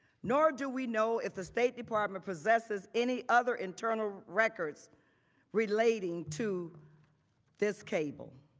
nor do we know if the state department possesses any other internal records relating to this cable.